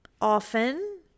Often